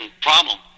problem